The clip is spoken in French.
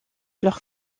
leur